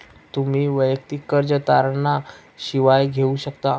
तुम्ही वैयक्तिक कर्ज तारणा शिवाय घेऊ शकता